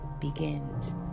begins